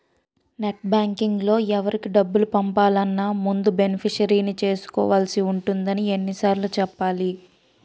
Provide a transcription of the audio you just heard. net బాంకింగ్లో ఎవరికి డబ్బులు పంపాలన్నా ముందు బెనిఫిషరీని చేర్చుకోవాల్సి ఉంటుందని ఎన్ని సార్లు చెప్పాలి